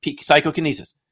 psychokinesis